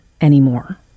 anymore